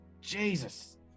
jesus